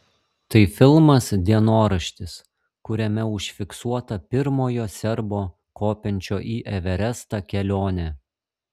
tai filmas dienoraštis kuriame užfiksuota pirmojo serbo kopiančio į everestą kelionė